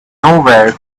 nowhere